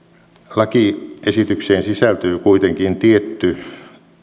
lakiesitykseen sisältyy kuitenkin tietty